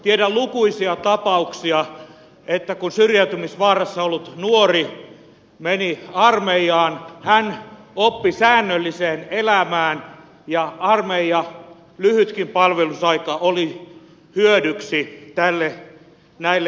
tiedän lukuisia tapauksia että kun syrjäytymisvaarassa ollut nuori meni armeijaan hän oppi säännölliseen elämään ja armeija lyhytkin palvelusaika oli hyödyksi tälle ihmiselle